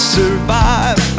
survive